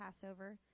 Passover